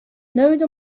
node